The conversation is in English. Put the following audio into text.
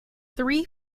three